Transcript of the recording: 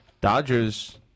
Dodgers